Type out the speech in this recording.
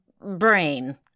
brain